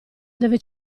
deve